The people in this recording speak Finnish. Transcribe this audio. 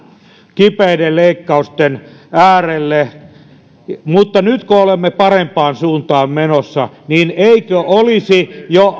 kipeiden leikkausten äärelle mutta nyt kun olemme parempaan suuntaan menossa niin eikö olisi jo